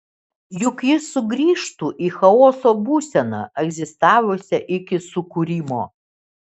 juk ji sugrįžtų į chaoso būseną egzistavusią iki sukūrimo